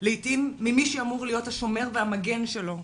לעיתים ממי שאמור להיות השומר והמגן שלו.